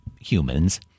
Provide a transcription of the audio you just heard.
humans